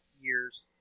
years